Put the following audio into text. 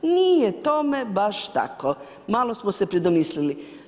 Nije tome baš tako, malo smo se predomislili.